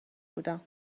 بودم